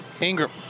Ingram